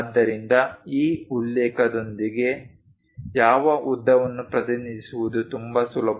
ಆದ್ದರಿಂದ ಈ ಉಲ್ಲೇಖದೊಂದಿಗೆ ಯಾವ ಉದ್ದವನ್ನು ಪ್ರತಿನಿಧಿಸುವುದು ತುಂಬಾ ಸುಲಭ